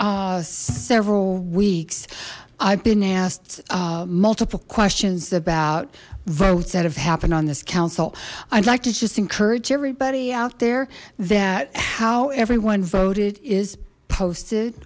several weeks i've been asked multiple questions about votes that have happened on this council i'd like to just encourage everybody out there that how everyone voted is posted